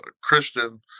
Christian